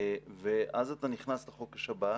ואז אתה נכנס לחוק השב"כ.